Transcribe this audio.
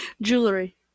Jewelry